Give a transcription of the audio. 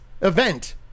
event